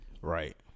right